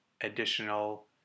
additional